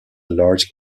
large